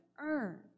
earn